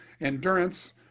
endurance